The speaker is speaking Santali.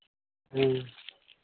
ᱦᱩᱸ